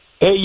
hey